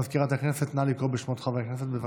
מזכירת הכנסת, נא לקרוא בשמות חברי הכנסת, בבקשה.